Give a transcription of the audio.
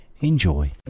Enjoy